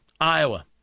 Iowa